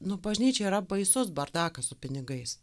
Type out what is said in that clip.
nu bažnyčia yra baisus bardakas su pinigais